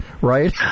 right